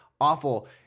awful